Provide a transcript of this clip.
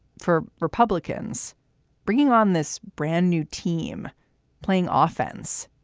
for republicans bringing on this brand new team playing ah offense,